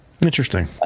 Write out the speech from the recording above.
Interesting